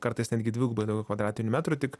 kartais netgi dvigubai daugiau kvadratinių metrų tik